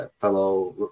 fellow